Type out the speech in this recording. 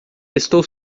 estou